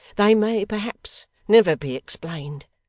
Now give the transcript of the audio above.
they may, perhaps, never be explained.